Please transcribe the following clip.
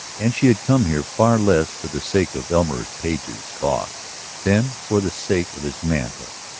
and she had come here far less for the sake of elmer page's cough than for the sake of his manhood.